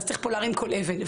אז צריך להרים פה כל אבן.